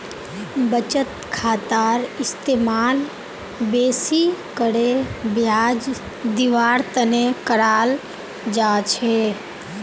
बचत खातार इस्तेमाल बेसि करे ब्याज दीवार तने कराल जा छे